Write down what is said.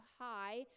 high